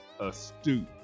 astute